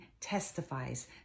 testifies